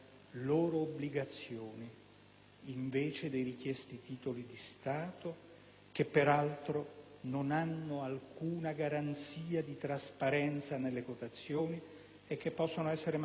(invece dei richiesti titoli di Stato), che peraltro non hanno alcuna garanzia di trasparenza nelle quotazioni e che possono essere manovrate dalle stesse banche emittenti,